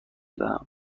دهم